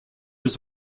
was